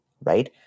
right